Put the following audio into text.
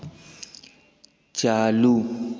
चालू